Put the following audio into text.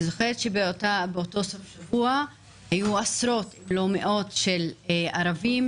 אני זוכרת שבאותו סוף שבוע היו עשרות ומאות ערבים